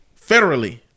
federally